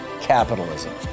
capitalism